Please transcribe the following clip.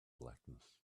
blackness